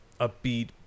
upbeat